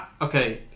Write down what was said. Okay